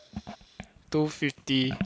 two fifty